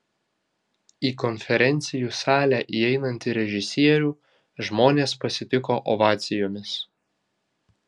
į konferencijų salę įeinantį režisierių žmonės pasitiko ovacijomis